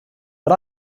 but